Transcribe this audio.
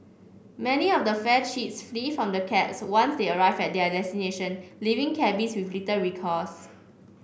many of the fare cheats flee from the cabs once they arrive at their destination leaving cabbies with litter recourse